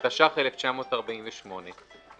התש"ח 1948,